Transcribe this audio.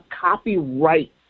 copyright